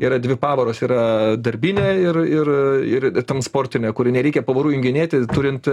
yra dvi pavaros yra darbinė ir ir ir transportinė kur nereikia pavarų junginėti turint